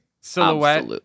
Silhouette